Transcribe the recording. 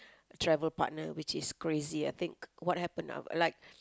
travel partner which is crazy I think what happen if like